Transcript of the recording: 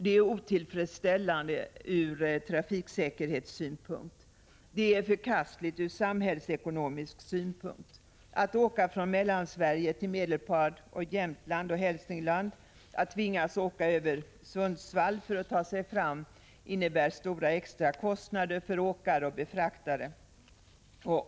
Det är otillfredsställande ur trafiksäkerhetssynpunkt och förkastligt ur samhällsekonomisk synpunkt. Att tvingas åka från Mellansverige till orter i Hälsingland, Medelpad och Jämtland över Sundsvall för att ta sig fram innebär stora extra kostnader för åkare och befraktare.